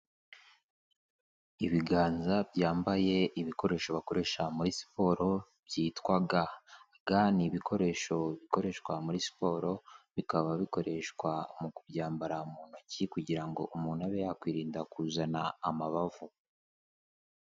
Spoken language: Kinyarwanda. Ibiganza byambaye ibikoresho bakoresha muri siporo, byitwa ga. Ga ni ibikoresho bikoreshwa muri siporo bikaba bikoreshwa mu kubyambara mu ntoki kugira ngo umuntu abe yakwirinda kuzana amabavu.